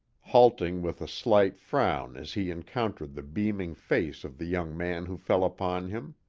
halting with a slight frown as he encountered the beaming face of the young man who fell upon him.